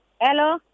Hello